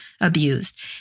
abused